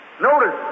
Notice